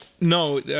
No